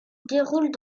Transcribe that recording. déroulent